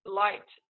light